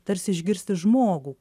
tarsi išgirsti žmogų